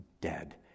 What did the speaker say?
dead